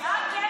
מה את רוצה?